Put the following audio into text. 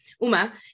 Uma